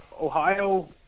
Ohio